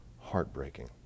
heartbreaking